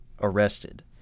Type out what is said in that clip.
arrested